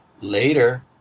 Later